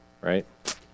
right